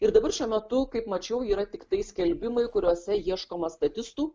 ir dabar šiuo metu kaip mačiau yra tiktai skelbimai kuriuose ieškoma statistų